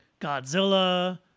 godzilla